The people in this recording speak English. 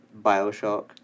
Bioshock